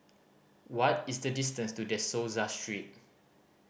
what is the distance to De Souza Street